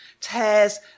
Tears